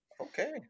okay